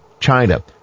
China